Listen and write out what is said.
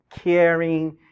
caring